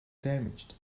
damaged